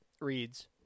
reads